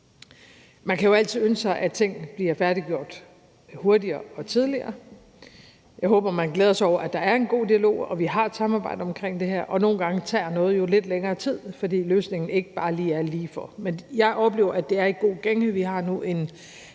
Man kan jo altid ønske sig, at ting bliver færdiggjort hurtigere og tidligere. Jeg håber, man glæder sig over, at der er en god dialog, og at vi har et samarbejde omkring det her. Nogle gange tager noget jo lidt længere tid, fordi løsningen ikke bare er lige for. Men jeg oplever, at det er i god gænge. Vi har nu en